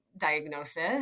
diagnosis